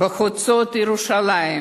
בחוצות ירושלים,